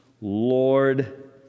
Lord